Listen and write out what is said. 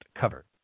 cover